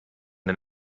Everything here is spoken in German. den